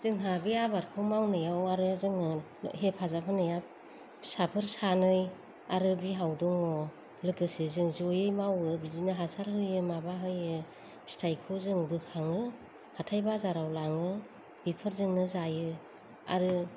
जोंहा बे आबादखौ मावनायाव आरो जोङो हेफाजाब होनाया फिसाफोर सानै आरो बिहाव दङ लोगोसे जों जयै मावो बिदिनो हासार होयो माबा होयो फिथायखौ जों बोखाङो हाथाय बाजाराव लाङो बेफोरजोंनो जायो आरो